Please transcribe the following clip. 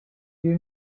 you